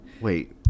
Wait